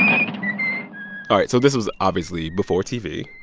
um all right, so this was obviously before tv.